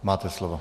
Máte slovo.